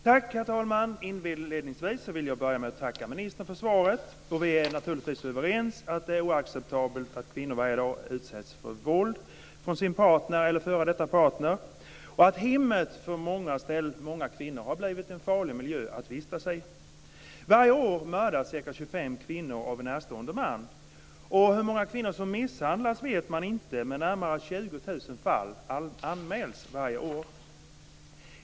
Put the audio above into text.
Herr talman! Inledningsvis vill jag tacka ministern för svaret. Vi är naturligtvis överens om att det är oacceptabelt att kvinnor varje dag utsätts för våld från sin partner eller f.d. partner och att hemmet för många kvinnor har blivit en farlig miljö att vistas i. Varje år mördas ca 25 kvinnor av närstående män. Hur många kvinnor som misshandlas vet man inte, men närmare 20 000 fall anmäls varje år.